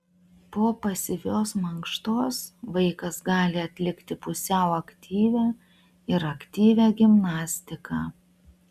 po pasyvios mankštos vaikas gali atlikti pusiau aktyvią ir aktyvią gimnastiką